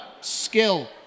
skill